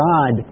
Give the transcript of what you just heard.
God